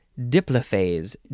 Diplophase